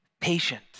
patient